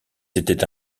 c’était